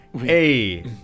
Hey